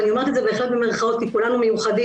ואני אומרת את זה בהחלט במירכאות כי כולנו מיוחדים,